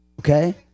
Okay